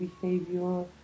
behavior